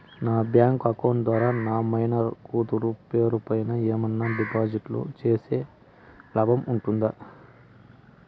నా bank account ద్వారా నా మైనర్ కూతురు పేరు పైన ఏమన్నా డిపాజిట్లు సేస్తే లాభం ఉంటుందా?